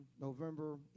november